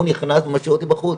הוא נכנס ומשאיר אותי בחוץ.